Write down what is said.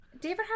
david